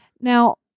Now